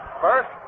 First